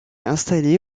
installé